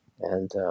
And-